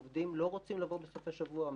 העובדים לא רוצים לבוא בסופי שבוע.